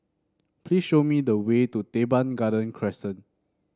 please show me the way to Teban Garden Crescent